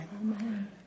Amen